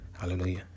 Hallelujah